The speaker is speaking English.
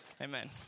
Amen